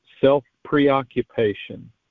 self-preoccupation